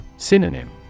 Synonym